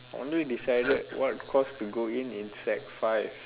only decided what course to go in in sec five